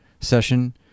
session